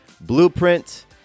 blueprint